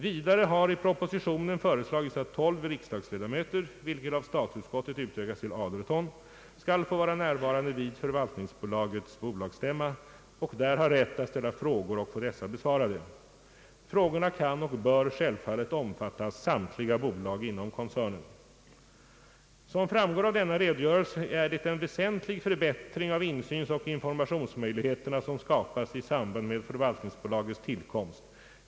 Vidare har i propositionen föreslagits att 12 riksdagsledamöter, vilket av statsutskottet utökats till 18, skall få vara närvarande vid förvaltningsbolagets bolagsstämma och där ha rätt att ställa frågor och få dessa besvarade. Frågorna kan och bör självfallet omfatta samtliga bolag inom koncernen. Som framgår av denna redogörelse är det en väsentlig förbättring av insynsoch informationsmöjligheterna som skapas i samband med förvaltningsbolagets tillkomst.